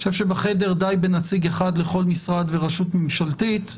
אני חושב שבחדר די בנציג אחד לכל משרד ורשות ממשלתית,